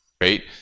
right